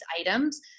items